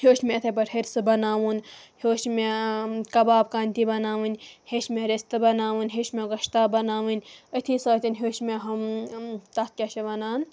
ہیوٚچھ مےٚ یِتھَے پٲٹھۍ ۂرسہِ بَناوُن ہیوٚچھ مےٚ کَباب کانتی بَناوٕنۍ ہیٚچھ مےٚ رِستہٕ بَناوٕنۍ ہیٚچھ مےٚ گۄشتاب بَناوٕنۍ أتھی سۭتۍ ہیوٚچھ مےٚ ہَم تَتھ کیٛاہ چھِ وَنان